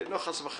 לא, חס וחלילה.